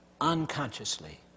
unconsciously